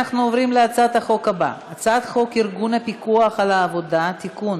אנחנו עוברים להצעת החוק הבאה: הצעת חוק ארגון הפיקוח על העבודה (תיקון,